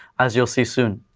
as you'll see soon.